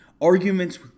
Arguments